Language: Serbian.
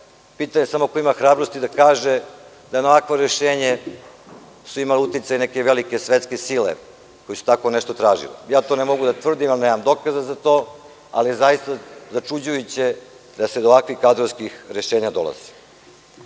pitanje je samo ko ima hrabrosti da kaže da su na jedno ovakvo rešenje imale uticaj neke velike svetske sile koje su tako nešto tražile. Ne mogu to da tvrdim jer nemam dokaza za to, ali je zaista začuđujuće da se do ovakvih kadrovskih rešenja dolazi. Što